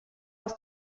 aus